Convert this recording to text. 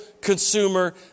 consumer